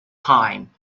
time